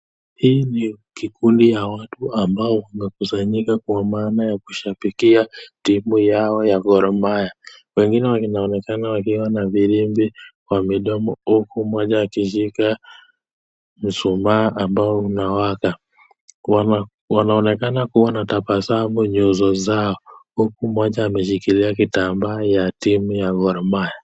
Hii ni kikundi ya watu ambao wamekusanyika kwa maana ya kushabikia timu yao ya Gor Mahia. Wengine wanaonekana wakiwa na firimbi kwa midomo huku mmoja akishika mshumaa ambao unawaka. Wanaonekana kuwa na tabasamu nyuso zao huku mmoja ameshikilia kitambaa ya timu ya Gor Mahia.